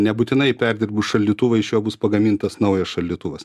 nebūtinai perdirbus šaldytuvai iš jo bus pagamintas naujas šaldytuvas